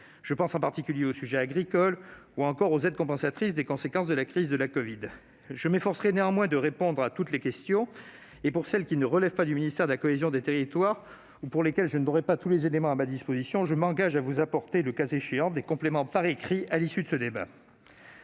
Il s'agit notamment des sujets agricoles ou encore des aides compensatrices des conséquences de la crise de la covid. Je m'efforcerai néanmoins de répondre à toutes les questions, et pour celles qui ne relèvent pas du ministère de la cohésion des territoires ou pour lesquelles je n'aurais pas tous les éléments à ma disposition, je m'engage à vous apporter le cas échéant des compléments par écrit, à l'issue du débat.